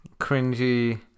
cringy